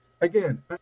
again